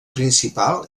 principal